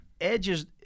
Edges